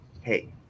hey